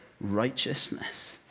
righteousness